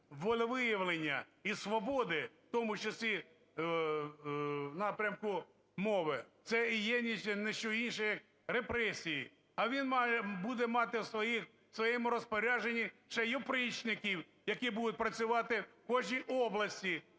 волевиявлення і свободи, в тому числі в напрямку мови, це і є ні що інше, як репресії. А він буде мати в своєму розпорядженні ще й опричників, які будуть працювати в кожній області